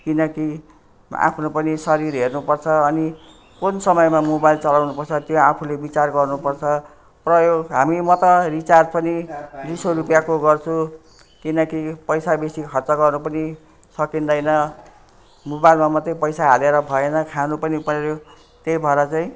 किनकि आफ्नो पनि शरिर हेर्नुपर्छ अनि कुन समयमा मोबाइल चलाउनुपर्छ त्यो आफूले विचार गर्नुपर्छ प्रयो हामी म त रिचार्ज पनि दुई सय रुपियाँको गर्छु किनकि पैसा बेसी खर्च गर्नु पनि सकिँदैन मोबाइलमा मात्रै पैसा हालेर भएन खानु पनि पऱ्यो त्यही भएर चाहिँ